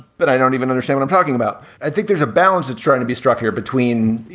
but i don't even understand. i'm talking about. i think there's a balance that's trying to be struck here between,